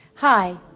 Hi